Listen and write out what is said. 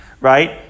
right